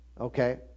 Okay